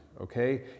okay